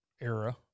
era